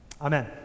Amen